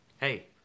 hey